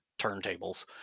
turntables